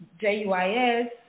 J-U-I-S